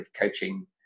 coaching